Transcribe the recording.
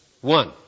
One